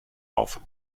auf